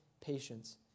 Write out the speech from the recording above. patience